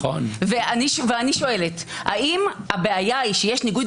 ואני שואלת האם הבעיה היא שיש ניגוד